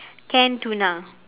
canned tuna